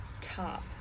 top